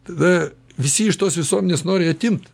tada visi iš tos visuomenės nori atimt